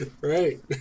Right